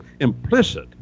implicit